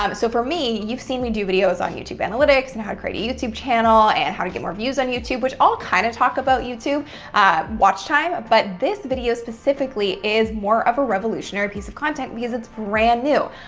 um so for me, you've seen me do videos on youtube analytics and how to create a youtube channel and how to get more views on youtube, which all kind of talk about youtube watch time. ah but this video specifically is more of a revolutionary piece of content because it's brand new.